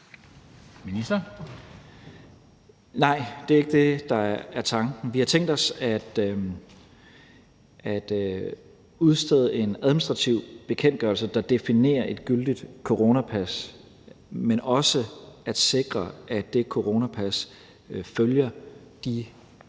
Nej, det er ikke det, der er tanken. Vi har tænkt os at udstede en administrativ bekendtgørelse, der definerer et gyldigt coronapas, men også at sikre, at det coronapas følger de øvrige